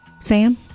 Sam